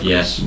Yes